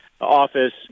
office